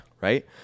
Right